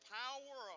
power